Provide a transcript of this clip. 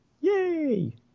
Yay